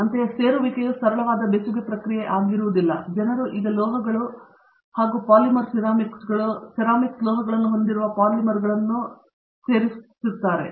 ಅಂತೆಯೇ ಸೇರುವಿಕೆಯು ಸರಳವಾದ ಬೆಸುಗೆ ಪ್ರಕ್ರಿಯೆಯಾಗಿರುವುದಿಲ್ಲ ಜನರು ಈಗ ಲೋಹಗಳು ಸರಿ ಪಾಲಿಮರ್ಗಳು ಸಿರಾಮಿಕ್ಸ್ ಸೆರಾಮಿಕ್ಸ್ನ ಲೋಹಗಳನ್ನು ಹೊಂದಿರುವ ಪಾಲಿಮರ್ಗಳನ್ನು ಸೇರುತ್ತಾರೆ